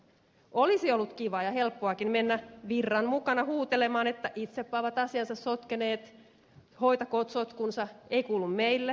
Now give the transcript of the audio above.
olisi ollut kivaa ja helppoakin mennä virran mukana huutelemaan että itsepähän ovat asiansa sotkeneet hoitakoot sotkunsa ei kuulu meille